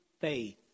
faith